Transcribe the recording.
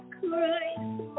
Christ